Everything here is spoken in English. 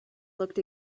looked